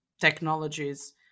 technologies